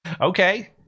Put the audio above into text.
Okay